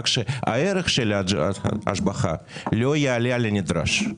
רק שהערך של ההשבחה לא יעלה על הנדרש.